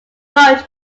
vote